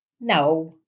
No